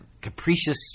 capricious